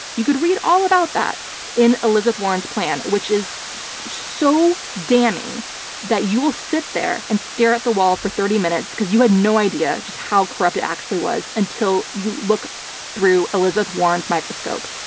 you could read all about that in elizabeth warren's plan, which is so damning that you will sit there and stare at the wall for thirty minutes because you had no idea just how corrupt it actually was until you look through elizabeth warren's microscope.